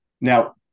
Now